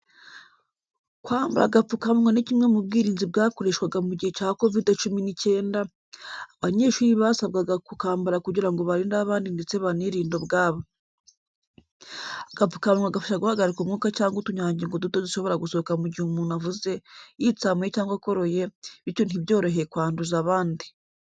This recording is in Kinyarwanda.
Kwambara agapfukamunwa ni kimwe mu bwirinzi bwakoreshwaga mu gihe cya kovide cumi n'icyenda, abanyeshuri basabwaga kukambara kugira ngo barinde abandi ndetse banirinde ubwabo. Agapfukamunwa gafasha guhagarika umwuka cyangwa utunyangingo duto dushobora gusohoka mu gihe umuntu avuze, yitsamuye cyangwa akoroye, bityo ntibyorohe kwanduza abandi.